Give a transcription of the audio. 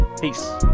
Peace